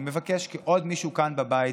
אני מבקש כעוד מישהו כאן בבית,